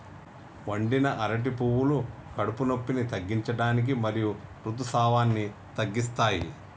వండిన అరటి పువ్వులు కడుపు నొప్పిని తగ్గించడానికి మరియు ఋతుసావాన్ని తగ్గిస్తాయి